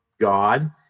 God